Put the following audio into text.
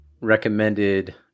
recommended